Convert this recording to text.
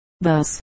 thus